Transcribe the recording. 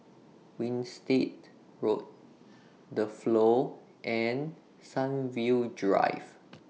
Winstedt Road The Flow and Sunview Drive